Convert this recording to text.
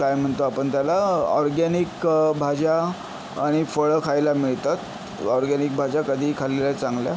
काय म्हणतो आपण त्याला ऑरगॅनिक भाज्या आणि फळं खायला मिळतात ऑरगॅनिक भाज्या कधीही खाल्लेल्या चांगल्या